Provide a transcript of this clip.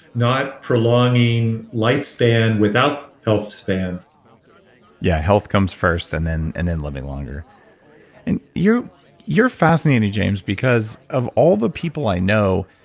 not prolonging lifespan without healthspan yeah, health comes first and then and then living longer and you're you're fascinating, james because of all the people i know,